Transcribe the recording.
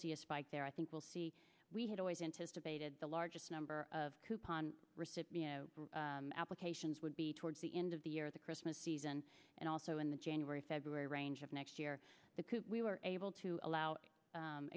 see a spike there i think we'll see we had always anticipated the largest number of coupon recipient applications would be towards the end of the year the christmas season and also in the january february range of next year that we were able to allow